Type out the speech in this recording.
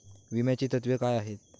विम्याची तत्वे काय आहेत?